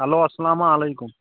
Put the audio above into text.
hello اَسلامُ علیکُم